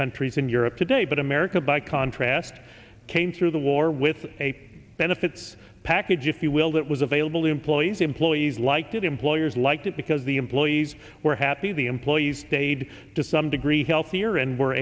countries in europe today but america by contrast came through the war with a benefits package if you will that was available to employees employees like that employers liked it because the employees were happy the employees stayed to some degree healthier and were